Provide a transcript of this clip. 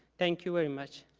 thank you very much.